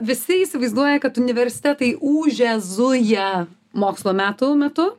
visi įsivaizduoja kad universitetai ūžia zuja mokslo metų metu